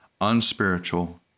unspiritual